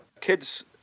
kids